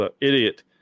idiot